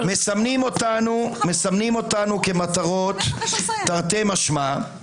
מסמנים אותנו כמטרות תרתי משמע,